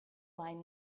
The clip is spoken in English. lying